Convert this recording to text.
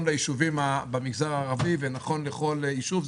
ליישובים במגזר הערבי ונכון לכל יישוב.